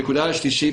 הנקודה השלישית.